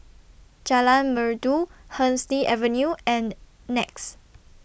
Jalan Merdu Hemsley Avenue and Nex